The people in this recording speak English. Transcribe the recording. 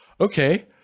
okay